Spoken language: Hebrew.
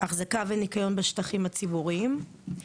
אחזקה וניקיון בשטחים הציבוריים.